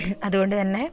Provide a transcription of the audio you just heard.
അതുകൊണ്ടു തന്നെ